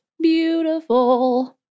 Beautiful